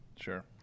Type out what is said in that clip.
Sure